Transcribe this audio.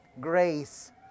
grace